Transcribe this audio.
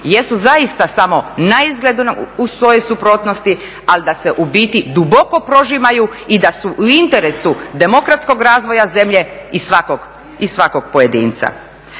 jesu zaista samo naizgled u … suprotnosti, ali da se u biti duboko prožimaju i da su u interesu demokratskog razvoja zemlje i svakog pojedinca.